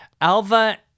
Alva